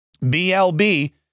BLB